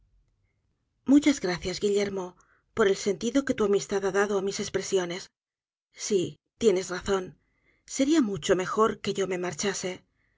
muchas gracias guillermo por el sentido que luamistad ha dado á mis espresiones s í tienes razón seria mucho mejor que yo me marchase